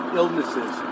illnesses